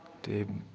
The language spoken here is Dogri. ते